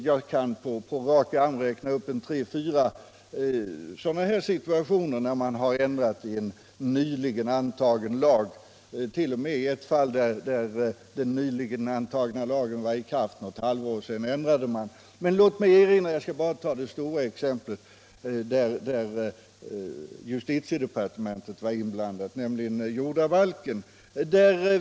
Jag kunde på rak arm räkna upp tre eller fyra sådana situationer, t.o.m. ett fall där en nyantagen lag varit i kraft bara något halvår innan den ändrades. Det stora exemplet gäller jordabalken, där justitiedepartementet var inblandat.